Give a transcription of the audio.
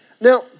Now